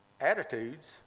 attitudes